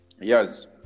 yes